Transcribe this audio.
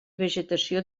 vegetació